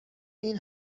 این